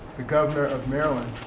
the governor of maryland,